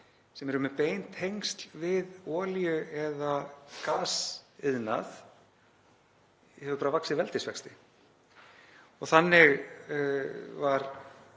sem er með bein tengsl við olíu- eða gasiðnað, hefur bara vaxið í veldisvexti. Þannig var